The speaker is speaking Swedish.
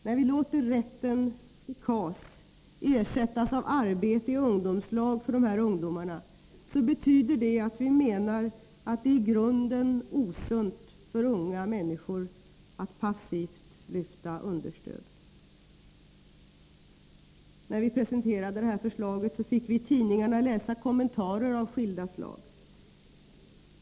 När vi låter rätten till KAS ersättas av arbete i ungdomslag för dessa ungdomar betyder det att vi menar att det är i grunden osunt för unga människor att passivt lyfta understöd. När vi presenterade det här förslaget fick vi i tidningarna läsa kommentarer av skilda slag.